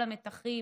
כל המתחים,